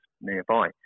nearby